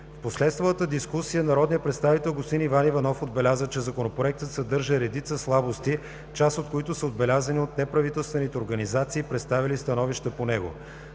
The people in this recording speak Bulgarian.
В последвалата дискусия народният представител господин Иван Иванов отбеляза, че Законопроектът съдържа редица слабости, част от които са отбелязани и от неправителствените организации, представили становища по него.